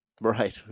Right